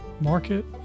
market